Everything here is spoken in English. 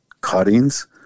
cuttings